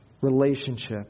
relationship